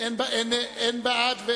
מי בעד.